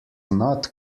not